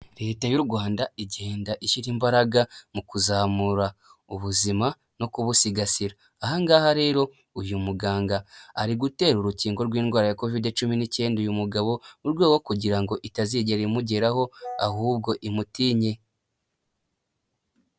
Leta y'u Rwanda igenda ishyira imbaraga mu kuzamura ubuzima no kubusigasira, aha ngaha rero uyu muganga ari gutera urukingo rw'indwara ya kovide cumi n'icyenda uyu mugabo mu rwego kugira ngo itazigera imugeraho ahubwo imutinye.